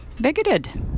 bigoted